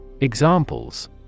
Examples